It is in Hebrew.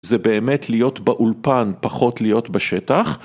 זה באמת להיות באולפן פחות להיות בשטח.